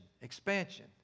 expansion